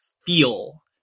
feel